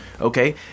Okay